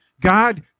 God